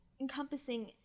encompassing